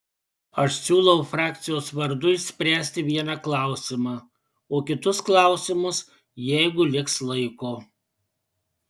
aš siūlau frakcijos vardu išspręsti vieną klausimą o kitus klausimus jeigu liks laiko